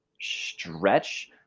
stretch